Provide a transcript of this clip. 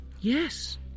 Yes